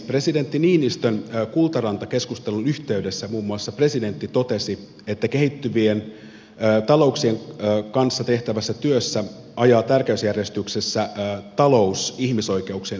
presidentti niinistön kultaranta keskustelun yhteydessä muun muassa presidentti totesi että kehittyvien talouksien kanssa tehtävässä työssä ajaa tärkeysjärjestyksessä talous ihmisoikeuksien ohitse